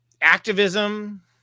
activism